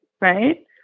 Right